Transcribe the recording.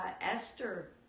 Esther